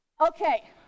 Okay